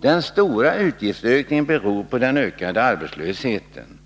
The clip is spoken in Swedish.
Den stora utgiftsökningen beror på den ökade arbetslösheten.